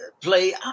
play